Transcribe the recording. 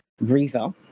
breather